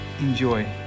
Enjoy